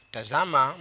Tazama